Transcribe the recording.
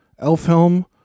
Elfhelm